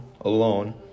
alone